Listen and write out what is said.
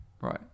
Right